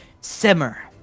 simmer